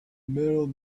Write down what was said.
metal